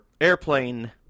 Airplane